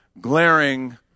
glaring